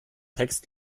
text